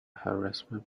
harassment